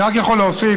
אני רק יכול להוסיף,